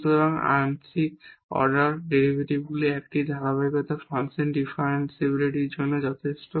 সুতরাং আংশিক অর্ডার ডেরিভেটিভগুলির একটির ধারাবাহিকতা ফাংশনের ডিফারেনশিবিলিটির জন্য যথেষ্ট